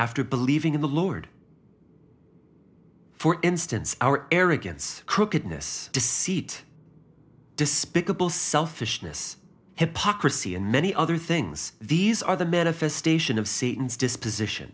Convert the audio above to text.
after believing in the lord for instance our arrogance crookedness deceit despicable selfishness hypocrisy and many other things these are the manifestation of seaton's disposition